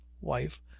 wife